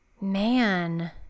Man